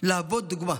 להוות דוגמה,